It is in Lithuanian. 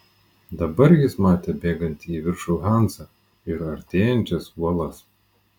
dabar jis matė bėgantį į viršų hansą ir artėjančias uolas